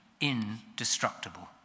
indestructible